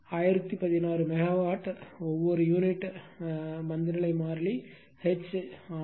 1016 megawatt ஒவ்வொரு unit மந்தநிலை மாறிலி எச் 5 வினாடி 5